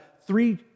three